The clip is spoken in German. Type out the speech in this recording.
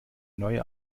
neue